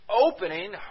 opening